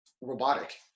robotic